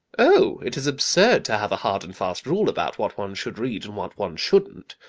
oh! it is absurd to have a hard and fast rule about what one should read and what one shouldn't.